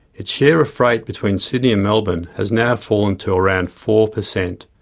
its share of freight between sydney and melbourne has now fallen to around four per cent,